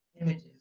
images